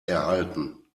erhalten